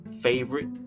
favorite